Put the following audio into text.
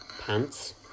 pants